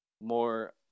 more